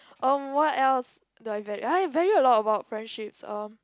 erm what else do I value I value a lot about friendships uh